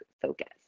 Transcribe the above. focus